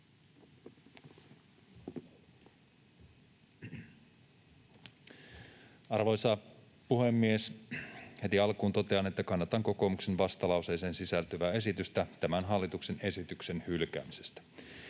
Arvoisa puhemies! Heti alkuun totean, että kannatan kokoomuksen vastalauseeseen sisältyvää esitystä tämän hallituksen esityksen hylkäämisestä.